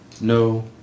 no